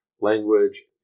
language